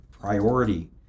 priority